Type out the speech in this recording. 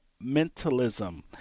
mentalism